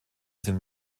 sind